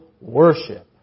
worship